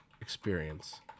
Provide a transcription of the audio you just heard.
experience